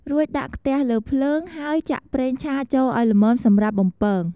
រួចដាក់ខ្ទះលើភ្លើង ហើយចាក់ប្រេងឆាចូលឲ្យល្មមសម្រាប់បំពង។